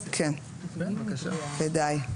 כן, כדאי.